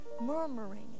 murmuring